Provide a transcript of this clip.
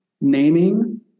naming